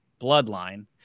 bloodline